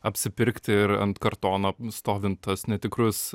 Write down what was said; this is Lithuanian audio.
apsipirkti ir ant kartono stovint tas netikrus